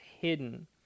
hidden